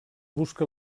busca